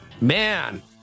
Man